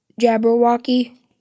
Jabberwocky